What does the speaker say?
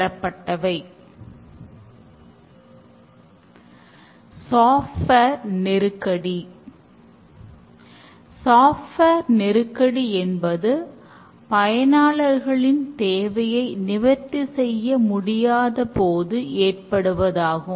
இப்போது தேவைப்படுவதில் மட்டுமே கவனம் செலுத்துங்கள் அதற்கான எளிய வடிவமைப்பைச் செய்யுங்கள் என்று அது கூறுகிறது